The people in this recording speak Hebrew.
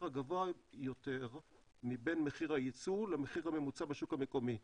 הגבוה יותר מבין מחיר היצוא למחיר הממוצע בשוק המקומי.